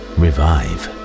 revive